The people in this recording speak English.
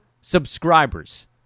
subscribers